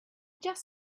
just